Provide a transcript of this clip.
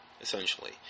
essentially